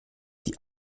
die